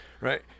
Right